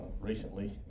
recently